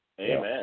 Amen